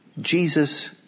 Jesus